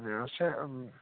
یہِ حظ چھےٚ